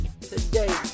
today